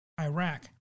Iraq